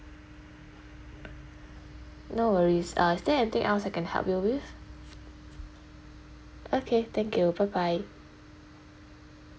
no worries uh is there anything else I can help you with okay thank you bye bye